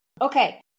okay